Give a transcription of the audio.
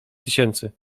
tysięcy